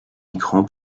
écran